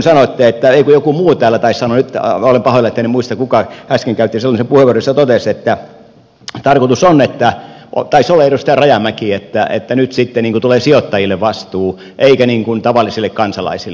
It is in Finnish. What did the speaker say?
sanoitte ei joku muu täällä taisi sanoa nyt olen pahoillani että en muista kuka äsken käytti sellaisen puheenvuoron että tarkoitus on taisi olla edustaja rajamäki että nyt sitten tulee sijoittajille vastuu eikä niin kuin tavallisille kansalaisille